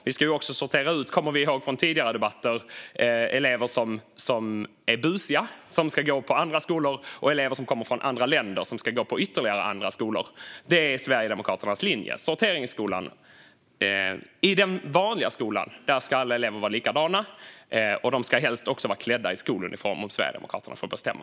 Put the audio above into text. Från tidigare debatter kommer vi ihåg att man också vill sortera ut elever som är busiga, som ska gå i andra skolor, och elever som kommer från andra länder, som ska gå på ytterligare andra skolor. Detta är Sverigedemokraternas linje - sorteringsskolan. I den vanliga skolan ska alla elever vara likadana, och de ska helst också vara klädda i skoluniform, om Sverigedemokraterna får bestämma.